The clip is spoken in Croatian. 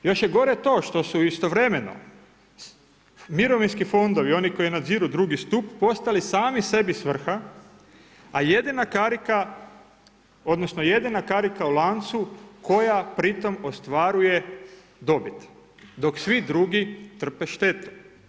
Još je gore to što su istovremeno mirovinski fondovi, oni koji nadziru drugi stup, postali sami sebi svrha a jedina karika odnosno jedina karika u lancu koja pri tom ostvaruje dobit dok svi drugi trpe štetu.